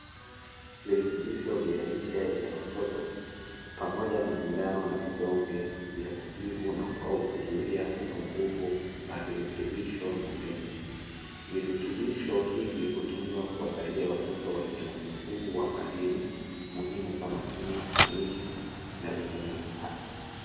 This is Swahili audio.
Virutubisho vya lishe ya watoto pamoja na sindano na vidonge vya kutibu au kuzuia upungufu wa virutubisho mwilini. Virutubisho hivi hutumiwa kuwasaidia watoto wenye upungufu wa madini muhimu kama chuma, ziniki na vitameni A.